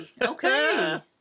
Okay